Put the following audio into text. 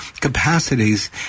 capacities